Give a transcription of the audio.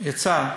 יצא.